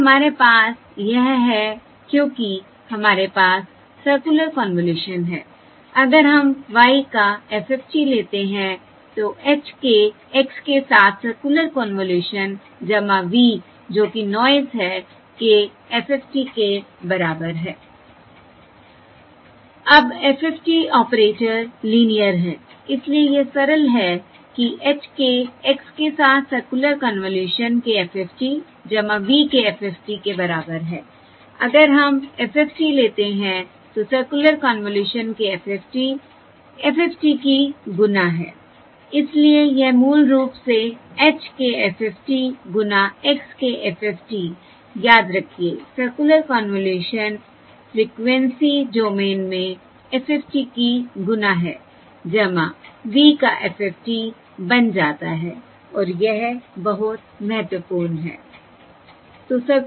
इसलिए हमारे पास यह है क्योंकि हमारे पास सर्कुलर कन्वॉल्यूशन है अगर हम Y का FFT लेते हैं तो h के x के साथ सर्कुलर कन्वॉल्यूशन v जो कि नॉयस है के FFT के बराबर है I अब FFT ऑपरेटर लीनियर है इसलिए यह सरल है कि h के x के साथ सर्कुलर कन्वॉल्यूशन के FFT v के FFT के बराबर है अगर हम FFT लेते हैं तो सर्कुलर कन्वॉल्यूशन के FFT FFT की गुणा है इसलिए यह मूल रूप से h के FFT गुणा x के FFT याद रखिएसर्कुलर कन्वॉल्यूशन फ्रिकवेंसी डोमेन में FFT की गुणा है v का FFT बन जाता है और यह बहुत महत्वपूर्ण है